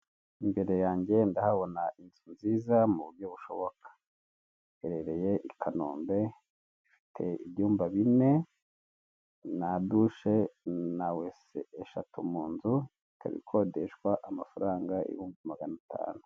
Imbere yanjye ndahabona inzu nziza mu buryo bushoboka iherereye i Kanombe, ifite ibyumba bine, na dushe, na wese eshatu mu nzu, ikaba ikodeshwa ibihumbi magana atanu.